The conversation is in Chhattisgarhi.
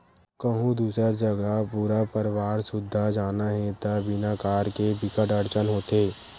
कहूँ दूसर जघा पूरा परवार सुद्धा जाना हे त बिना कार के बिकट अड़चन होथे